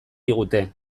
digute